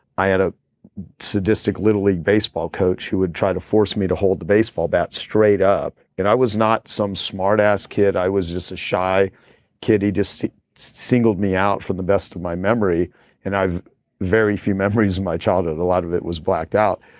i had a sadistic literally baseball coach who would try to force me to hold the baseball bat straight up. i was not some smart ass kid, i was just a shy kid. he just singled me out for the best of my memory and i've very few memories of my childhood, and a lot of it was blacked out.